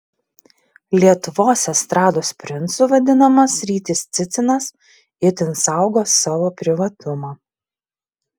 lietuvos estrados princu vadinamas rytis cicinas itin saugo savo privatumą